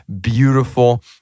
beautiful